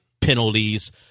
penalties